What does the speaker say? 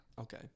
Okay